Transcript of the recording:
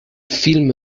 film